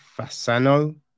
Fasano